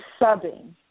subbing